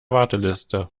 warteliste